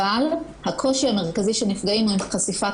אבל הקושי המרכזי של הנפגעים הוא חשיפת